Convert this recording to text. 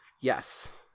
Yes